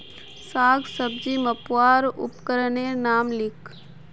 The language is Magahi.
साग सब्जी मपवार उपकरनेर नाम लिख?